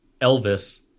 Elvis